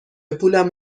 پولم